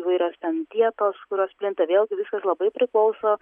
įvairios ten dietos kurios plinta vėlgi viskas labai priklauso